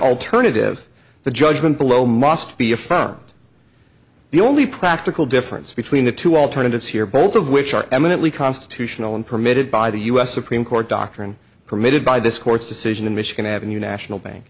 alternative the judgment below must be affirmed the only practical difference between the two alternatives here both of which are eminently constitutional and permitted by the us supreme court doctrine permitted by this court's decision in michigan avenue national bank